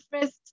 first